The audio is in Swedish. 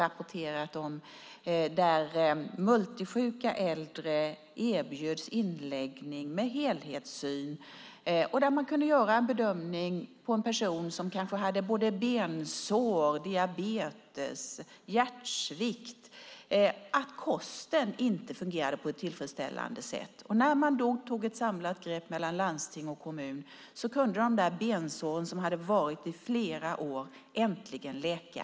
Där erbjöds multisjuka äldre inläggning med helhetssyn och man kunde göra bedömningen att kosten inte fungerade på ett tillfredsställande sätt för en person som kanske hade både bensår, diabetes och hjärtsvikt. När landsting och kommun tog ett samlat grepp kunde de där bensåren som hade funnits i flera år äntligen läka.